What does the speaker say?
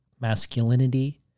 masculinity